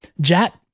Jat